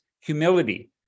humility